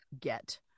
get